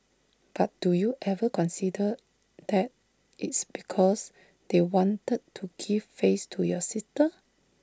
but do you ever consider that it's because they wanted to give face to your sister